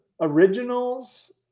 originals